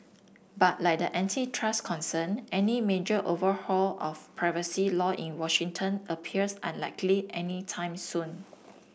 but like the antitrust concern any major overhaul of privacy law in Washington appears unlikely anytime soon